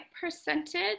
percentage